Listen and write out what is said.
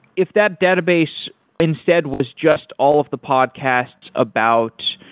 if that database instead was just all of the podcasts about